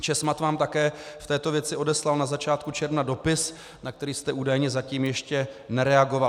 Česmad vám také v této věci odeslal na začátku června dopis, na který jste údajně zatím ještě nereagoval.